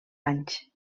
anys